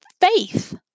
faith